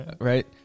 right